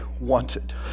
wanted